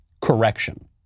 correction